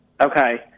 Okay